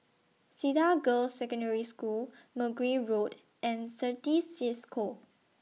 Cedar Girls' Secondary School Mergui Road and Certis CISCO